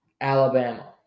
Alabama